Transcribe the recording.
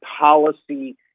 policy